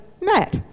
matt